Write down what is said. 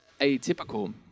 atypical